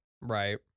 Right